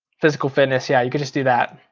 physical fitness, yeah you could just do that.